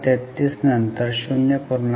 33 नंतर 0